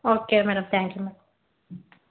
okay madam thank you madam